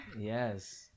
Yes